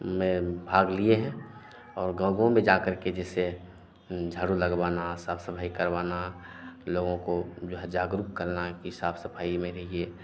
में भाग लिए हैं और गाँव गाँव में जाकर के जैसे झाड़ू लगवाना साफ़ सफ़ाई करवाना लोगों को जो है जागरूक करना कि साफ़ सफ़ाई में रहिए